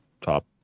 top